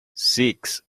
six